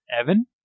Evan